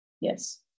Yes